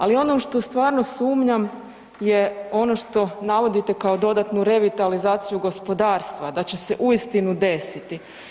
Ali ono što stvarno sumnjam je ono što navodite kao dodatnu revitalizaciju gospodarstva, da će se uistinu desiti.